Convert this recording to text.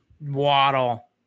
Waddle